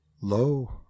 lo